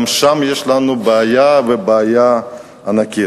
גם שם יש לנו בעיה, ובעיה ענקית.